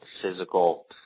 physical